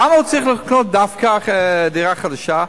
למה הוא צריך לקנות דווקא דירה חדשה,